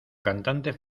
cantante